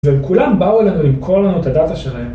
וכולם באו אלינו למכור לנו את הדאטה שלהם.